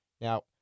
Now